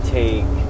take